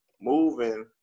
moving